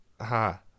Ha